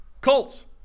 Colts